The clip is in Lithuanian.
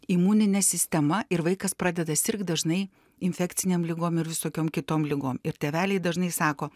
imuninė sistema ir vaikas pradeda sirgt dažnai infekcinėm ligom ir visokiom kitom ligom ir tėveliai dažnai sako